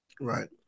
Right